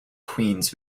queens